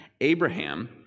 Abraham